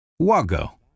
WAGO